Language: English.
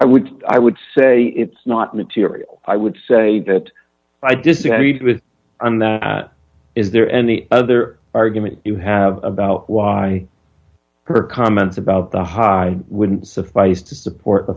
would i would say it's not material i would say that i disagreed with and that is there any other argument you have about why her comments about the high would suffice to support he